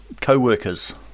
co-workers